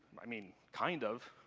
i mean, kind of.